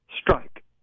strike